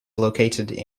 located